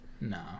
No